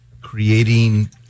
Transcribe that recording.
creating